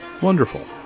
Wonderful